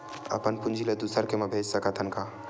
अपन पूंजी ला दुसर के मा भेज सकत हन का?